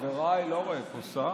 חבריי, אני לא רואה פה שר,